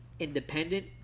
Independent